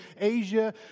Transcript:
Asia